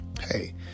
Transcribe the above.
Hey